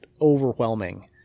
overwhelming